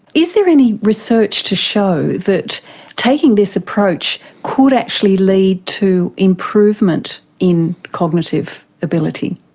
is there any research to show that taking this approach could actually lead to improvement in cognitive ability?